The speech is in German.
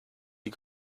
die